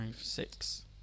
six